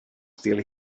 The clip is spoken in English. still